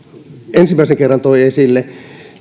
ensimmäisen kerran toi esille